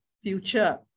future